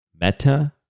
Meta